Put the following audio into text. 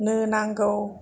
नो नांगौ